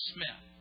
Smith